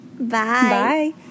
Bye